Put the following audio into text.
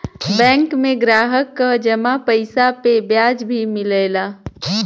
bank में ग्राहक क जमा पइसा पे ब्याज भी मिलला